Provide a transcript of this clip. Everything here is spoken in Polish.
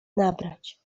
nabrać